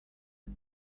had